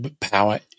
power